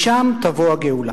משם תבוא הגאולה.